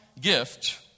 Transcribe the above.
gift